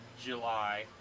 July